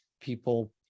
People